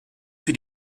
für